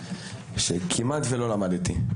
שכמעט ולא למדתי,